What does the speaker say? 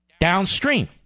downstream